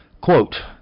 Quote